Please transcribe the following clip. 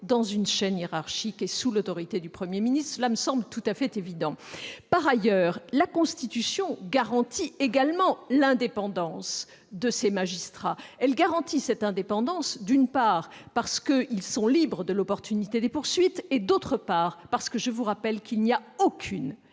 dans une chaîne hiérarchique et sous l'autorité du Premier ministre ; cela me semble tout à fait évident. Par ailleurs, la Constitution garantit également l'indépendance de ces magistrats, d'une part parce qu'ils sont libres de l'opportunité des poursuites, d'autre part parce que strictement aucune